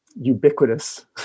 ubiquitous